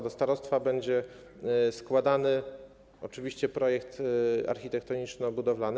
Do starostwa będzie składany oczywiście projekt architektoniczno-budowlany.